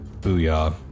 Booyah